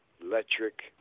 electric